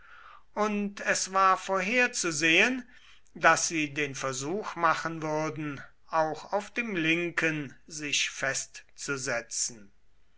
und es war vorherzusehen daß sie den versuch machen würden auch auf dem linken sich festzusetzen